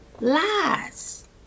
Lies